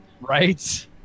right